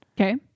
Okay